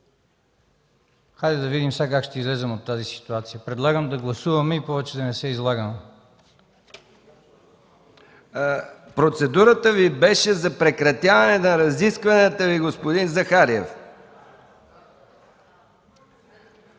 Процедурата Ви беше за прекратяване на разискванията ли, господин Захариев?